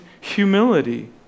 humility